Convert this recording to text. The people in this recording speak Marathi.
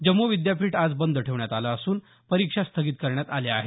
जम्मू विद्यापीठ आज बंद ठेवण्यात आले असून परीक्षा स्थगित करण्यात आल्या आहेत